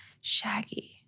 Shaggy